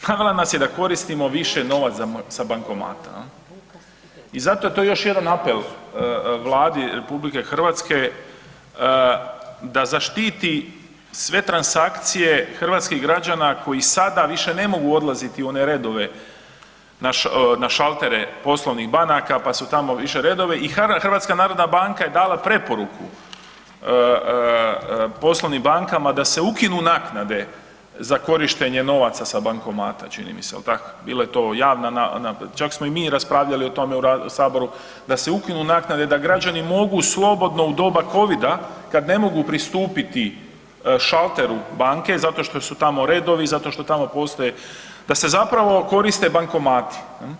Navela nas je da koristimo više novac sa bankomata. i zato je to još jedan apel Vladi RH da zaštiti sve transakcije hrvatskih građana koji sada više ne mogu odlaziti u one redove na šaltere poslovnih banaka pa su tamo više redove i HNB je dala preporuku poslovnim bankama da se ukinu naknade za korištenje novaca sa bankomata čini mi se jel tak, čak smo i mi raspravljali o tome u Saboru da se ukinu naknade da građani mogu slobodno u doba covida kad ne mogu pristupiti šalteru banke zato što su tamo redovi, zato što tamo postoje da se zapravo korite bankomati.